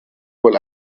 wohl